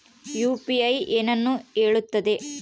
UPI ಏನನ್ನು ಹೇಳುತ್ತದೆ?